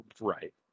right